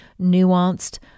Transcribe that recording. nuanced